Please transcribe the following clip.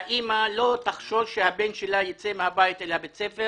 שהאימא לא תחשוש שהבן שלה יוצא מהבית לבית הספר